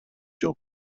жок